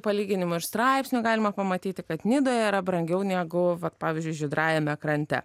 palyginimų ir straipsnių galima pamatyti kad nidoje yra brangiau negu vat pavyzdžiui žydrajame krante